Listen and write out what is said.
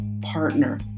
partner